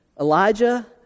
Elijah